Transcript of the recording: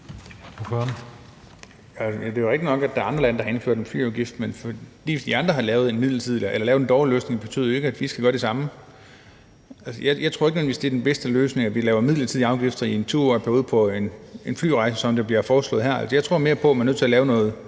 Det er jo rigtigt nok, at der er andre lande, der har indført en flyafgift, men fordi de andre har lavet en dårlig løsning, betyder det jo ikke, at vi skal gøre det samme. Jeg tror ikke nødvendigvis, det er den bedste løsning, at vi laver midlertidige afgifter i en 2-årig periode på en flyrejse, som der her bliver foreslået. Jeg tror mere på, at man er nødt til at lave noget